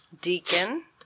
Deacon